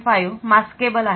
5 maskable आहेत